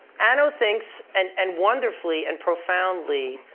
anna thinks, and and wonderfully and profoundly,